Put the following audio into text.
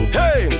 hey